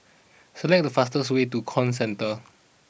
select the fastest way to Comcentre